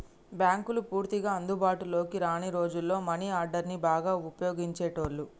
బ్యేంకులు పూర్తిగా అందుబాటులోకి రాని రోజుల్లో మనీ ఆర్డర్ని బాగా వుపయోగించేటోళ్ళు